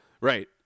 right